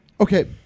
Okay